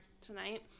tonight